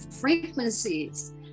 frequencies